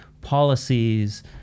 policies